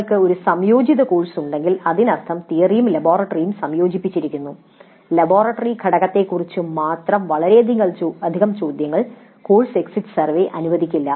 നിങ്ങൾക്ക് ഒരു സംയോജിത കോഴ്സ് ഉണ്ടെങ്കിൽ അതിനർത്ഥം തിയറിയും ലബോറട്ടറിയും സംയോജിപ്പിച്ചിരിക്കുന്നു ലബോറട്ടറി ഘടകത്തെക്കുറിച്ച് മാത്രം വളരെയധികം ചോദ്യങ്ങൾ കോഴ്സ് എക്സിറ്റ് സർവേ അനുവദിച്ചേക്കില്ല